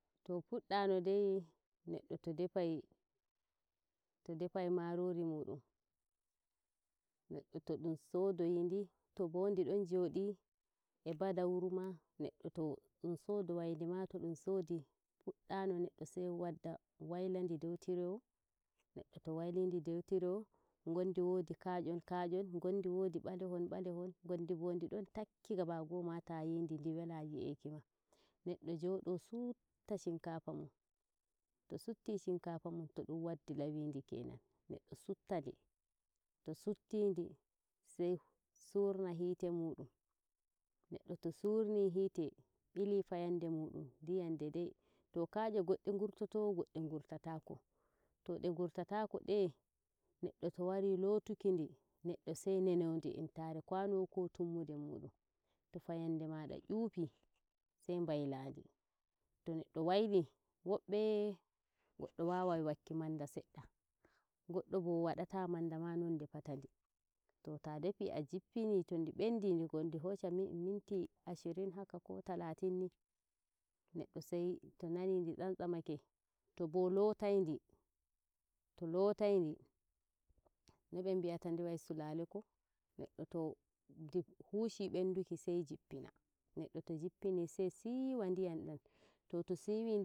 To fuɗɗano dai neddo to defai marori muɗum neɗɗo to ɗum sodoyi ndi to bo ndi don jodi e badauru ma neɗɗo to ɗum sodowai ndi ma to ɗum sodi fuɗɗano neɗɗo sai wadda waila ndi dow tirewo, neɗɗo to waili ndi dow tirewo, neɗɗo to waili ndi dou tirewo, ngondi wodi kayon kayon ngondi wodi bakhon bakhon ngondi bo ndi don takki gaba go- o mata yindi ndi wela yi'iki ma. Neɗɗo jodo subta shinkafa mun to subti shinkafa mun todum waddibo ndi kenan neɗɗo sutta ndi to sutti ndi sai surna hite muɗum neɗɗo to surni yite bili fayande muɗun diyan dedai ko kaye godde ngurtoto goɗɗe ngurtatako to nde gurtoto de neɗɗo to wari lootuki ndi, neddo sai nonon ndi entare e kwanowo ko tumbude mudum to fayande maada nufyi sai mbaila ndi to neɗɗo waili, woɓɓe- goɗɗo wawai wakki manda seɗɗa goddobo wadata manda ma non defata ndi. To ta defi a jippini to ndi bendi ngondi hoshai minti ashirin haka ko talatin ni neddo sai to nani di tsantsamake to bo lotai ndi to lotai ndi, no be ngi'ata ndi wai 'sulale ko?' neddo to ndi hushi benduki sai jippina neɗɗo to jippini sai suwa ndiyam dan to siwi